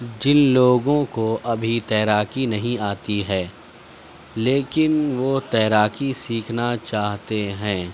جن لوگوں کو ابھی تیراکی نہیں آتی ہے لیکن وہ تیراکی سیکھنا چاہتے ہیں